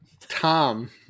Tom